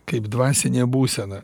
kaip dvasinė būsena